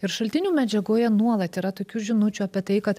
ir šaltinių medžiagoje nuolat yra tokių žinučių apie tai kad